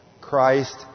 Christ